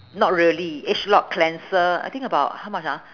not really age lock cleanser I think about how much ah